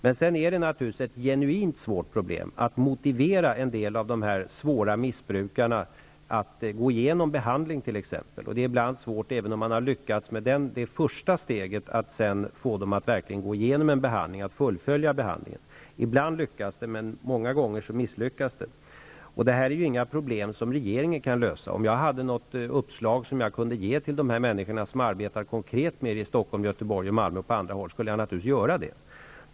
Men det är naturligtvis ett genuint svårt problem att motivera en del av dessa svåra missbrukare att t.ex. gå igenom behandling. Även om man har lyckats med det första steget är det ibland svårt att få dem att verkligen fullfölja behandlingen. Ibland lyckas det, men många gånger misslyckas det. Det här är inga problem som regeringen kan lösa. Om jag hade något uppslag att ge de människor som arbetar konkret med dessa problem i Stockholm, Göteborg, Malmö och på andra håll, skulle jag naturligtvis göra det.